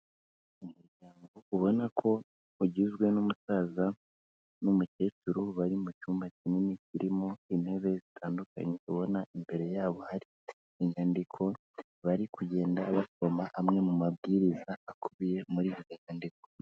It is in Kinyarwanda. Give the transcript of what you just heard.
Umuryango ubona ko ugizwe n'umusaza n'umukecuru bari mu cyumba kinini kirimo intebe zitandukanye, ubona imbere yabo hari inyandiko bari kugenda basoma amwe mu mabwiriza akubiye muri iyi nyandiko.